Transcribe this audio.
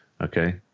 okay